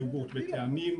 היוגורט בטעמים,